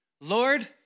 Lord